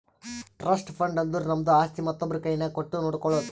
trust fund ಅಂದುರ್ ನಮ್ದು ಆಸ್ತಿ ಮತ್ತೊಬ್ರು ಕೈನಾಗ್ ಕೊಟ್ಟು ನೋಡ್ಕೊಳೋದು